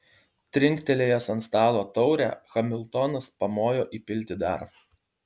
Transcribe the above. trinktelėjęs ant stalo taurę hamiltonas pamojo įpilti dar